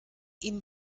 ihnen